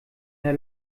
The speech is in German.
der